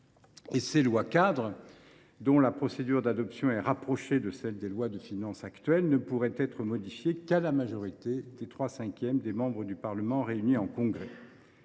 Et ces lois cadres, dont la procédure d’adoption serait proche de celle des lois de finances actuelles, ne pourraient être modifiées qu’à la majorité des trois cinquièmes des membres du Parlement réunis en Congrès.